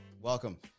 Welcome